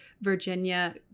Virginia